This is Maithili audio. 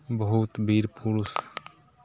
बहुत वीर पुरुष